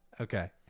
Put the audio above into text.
Okay